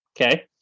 Okay